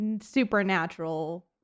supernatural